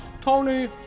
Tony